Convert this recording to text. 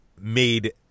made